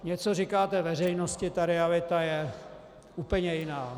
Něco říkáte veřejnosti, ta realita je úplně jiná.